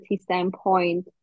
standpoint